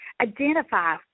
identify